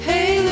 Hey